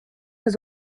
has